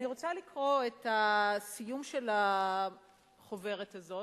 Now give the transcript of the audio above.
אני רוצה לקרוא את הסיום של החוברת הזאת.